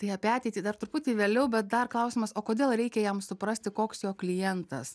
tai apie ateitį dar truputį vėliau bet dar klausimas o kodėl reikia jam suprasti koks jo klientas